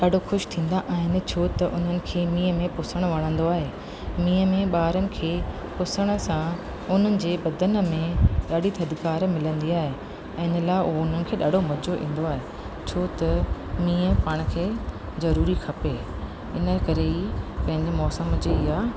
ॾाढो ख़ुशि थींदा आहिनि छो त उन्हनि खे मींहं में पुसणु वणंदो आहे मींहं में ॿारनि खे पुसण सां उन्हनि जे बदन में ॾाढी थधिकारु मिलंदी आहे ऐं इन लाइ हो उन्हनि खे ॾाढो मज़ो ईंदो आहे छो त मींहुं पाण खे ज़रूरी खपे इन करे ई पंहिंजे मौसम जी ईअं